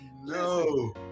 No